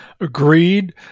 Agreed